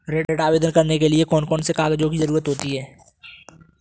ऋण आवेदन करने के लिए कौन कौन से कागजों की जरूरत होती है?